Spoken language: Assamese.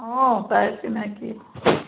অঁ তাইৰ চিনাকি